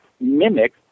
mimic